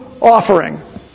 offering